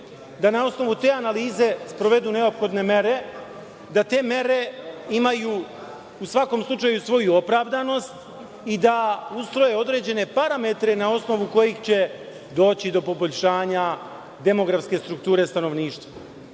da na osnovu te analize sprovedu neophodne mere da te mere imaju, u svakom slučaju, svoju opravdanost i da usvoje određene parametre na osnovu kojih će doći do poboljšanja demografske strukture stanovništva. Svi